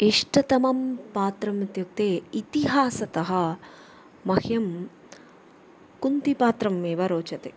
इष्टतमं पात्रम् इत्युक्ते इतिहासतः मह्यं कुन्तिपात्रम् एव रोचते